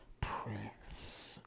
press